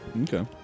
Okay